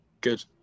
good